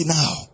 now